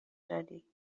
داری